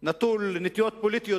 נטול נטיות פוליטיות.